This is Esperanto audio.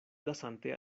lasante